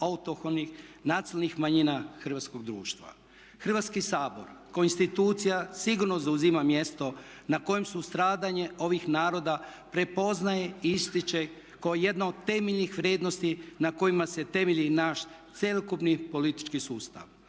autohtonih nacionalnih manjina hrvatskoga društva. Hrvatski sabor kao institucija sigurno zauzima mjesto na kojem se stradanje ovih naroda prepoznaje i ističe kao jedna od temeljnih vrijednosti na kojima se temelji naš cjelokupni politički sustav.